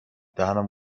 دهنم